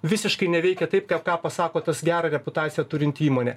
visiškai neveikia taip ką ką pasako tas gerą reputaciją turinti įmonė